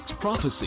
prophecy